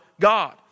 God